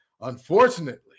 Unfortunately